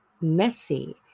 messy